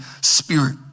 Spirit